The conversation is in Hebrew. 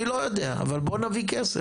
אני לא יודע, אבל בוא נביא כסף.